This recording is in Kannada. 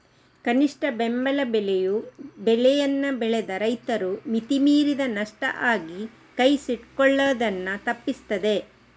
ಕನಿಷ್ಠ ಬೆಂಬಲ ಬೆಲೆಯು ಬೆಳೆಯನ್ನ ಬೆಳೆದ ರೈತರು ಮಿತಿ ಮೀರಿದ ನಷ್ಟ ಆಗಿ ಕೈ ಸುಟ್ಕೊಳ್ಳುದನ್ನ ತಪ್ಪಿಸ್ತದೆ